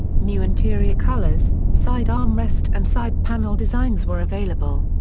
new interior colors, side armrest and side panel designs were available.